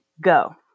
Go